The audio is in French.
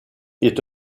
est